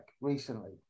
recently